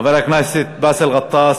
חבר הכנסת באסל גטאס,